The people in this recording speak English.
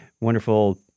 wonderful